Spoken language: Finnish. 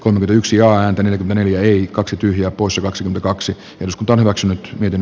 on yksi ääntä neljä kaksi tyhjää poissa kaksi kaksi x kaksi hyvin